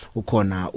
ukona